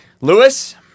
Lewis